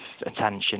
attention